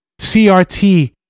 CRT